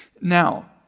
Now